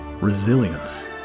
resilience